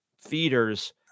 feeders